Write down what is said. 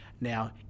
Now